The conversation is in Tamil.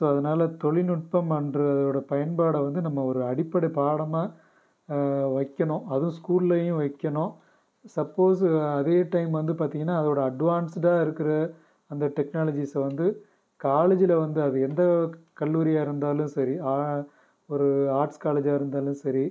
ஸோ அதனாலே தொழில்நுட்பம் என்ற ஒரு பயன்பாடை வந்து நம்ம ஒரு அடிப்படை பாடமாக வைக்கணும் அதுவும் ஸ்கூலையும் வைக்கணும் சப்போஸ் அதே டைம் வந்து பார்த்திங்கன்னா அதோடய அட்வான்ஸ்டாக இருக்கிற அந்த டெக்னாலஜிஸ்ஸை வந்து காலேஜில் வந்து அது எந்த கல்லூரியாக இருந்தாலும் சரி ஒரு ஆர்ட்ஸ் காலேஜாக இருந்தாலும் சரி